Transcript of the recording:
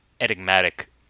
enigmatic